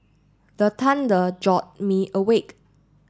the thunder jolt me awake